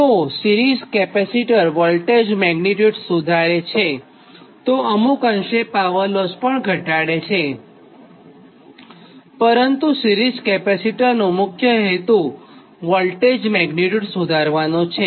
તો series capacitor voltage magnitude સુધારે છેતો અમુક અંશેપાવરલોસ પણ ઘટાડે છે પરંતુ સિરીઝ કેપેસિટરનો મુખ્ય હેતુ વોલ્ટેજ મેગ્નીટ્યુડ સુધારવાનો છે